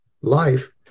life